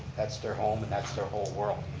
that's their home and that's their whole world.